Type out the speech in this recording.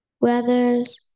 weathers